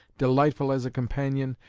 delightful as a companion,